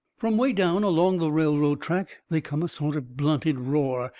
from way down along the railroad track they come a sort of blunted roar,